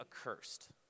accursed